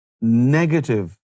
negative